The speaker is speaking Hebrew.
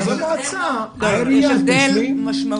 אז העירייה שם תשלים.